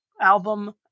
album